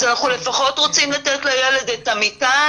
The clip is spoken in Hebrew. אז אנחנו לפחות רוצים לתת לילד את המיטה,